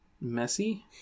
messy